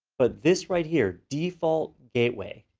but this right here, default gateway,